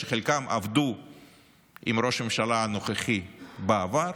שחלקם עבדו עם ראש הממשלה הנוכחי בעבר,